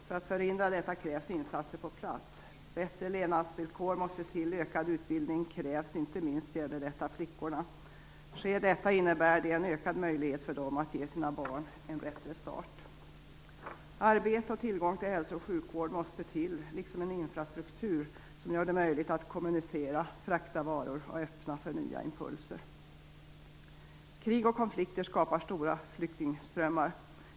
För att förhindra detta krävs insatser på plats. Bättre levnadsvillkor måste till och ökad utbildning krävs. Inte minst gäller detta flickorna. Sker detta innebär det en ökad möjlighet för dem att ge sina barn en bättre start. Arbete och tillgång till hälso och sjukvård måste till, liksom en infrastruktur som gör det möjligt att kommunicera, frakta varor och öppna för nya impulser. Krig och konflikter skapar stora flyktingströmmar.